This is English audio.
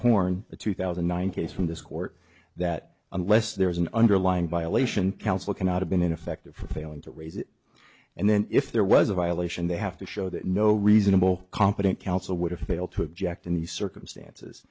horn the two thousand and nine case from this court that unless there is an underlying violation counsel cannot have been ineffective for failing to raise it and then if there was a violation they have to show that no reasonable competent counsel would have failed to object in the circumstances